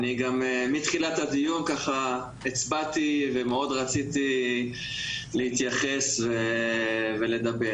אני גם מתחילת הדיון הצבעתי ומאוד רציתי להתייחס ולדבר.